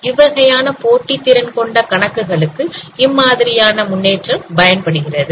இவ்வகையான போட்டி திறன்கொண்ட கணக்குகளுக்கு இம்மாதிரியான முன்னேற்றம் பயன்படுகிறது